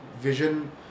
vision